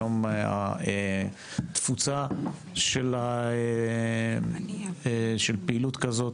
היום התפוצה של פעילות כזאת